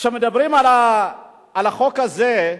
כשמדברים על החוק הזה,